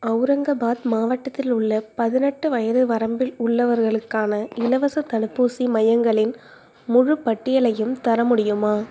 அவுரங்கபாத் மாவட்டத்தில் உள்ள பதினெட்டு வயது வரம்பில் உள்ளவர்களுக்கான இலவசத் தடுப்பூசி மையங்களின் முழுப்பட்டியலயும் தர முடியுமா